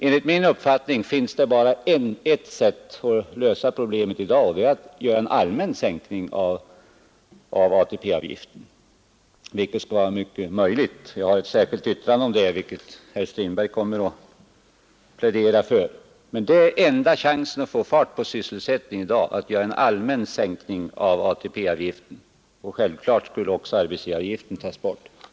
Enligt min uppfattning finns det bara ett sätt att lösa problemet i dag, och det är att göra en allmän sänkning av ATP-avgiften, vilket skulle vara mycket möjligt. Jag har ett särskilt yttrande om det, vilket herr Strindberg kommer att plädera för. Enda chansen att få fart på sysselsättningen i dag är att införa en allmän sänkning av ATP-avgiften. Självklart skulle också arbetsgivaravgiften tas bort.